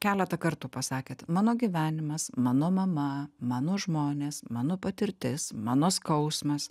keletą kartų pasakėt mano gyvenimas mano mama mano žmonės mano patirtis mano skausmas